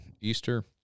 Easter